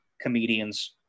comedians